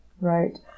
Right